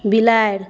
बिलाड़ि